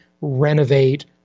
renovate